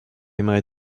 aimerait